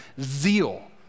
zeal